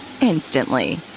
instantly